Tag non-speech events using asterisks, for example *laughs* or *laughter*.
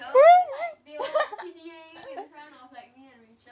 !ee! *laughs*